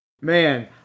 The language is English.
Man